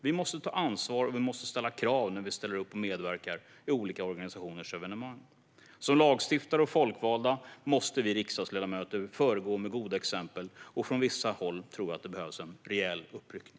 Vi måste ta ansvar, och vi måste ställa krav när vi ställer upp och medverkar i olika organisationers evenemang. Som lagstiftare och folkvalda måste vi riksdagsledamöter föregå med goda exempel, och från vissa håll tror jag att det behövs en rejäl uppryckning.